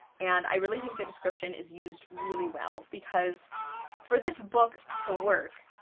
and i really think the description is used really well, because for this book to work,